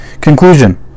Conclusion